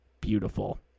Beautiful